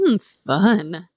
fun